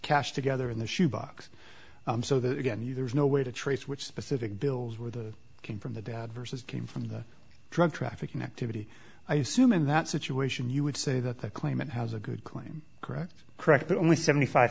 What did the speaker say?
cash together in the shoe box so that again you there's no way to trace which specific bills were the can from the dad versus came from the drug trafficking activity i assume in that situation you would say that the claimant has a good claim correct correct that only seventy five